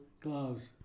Gloves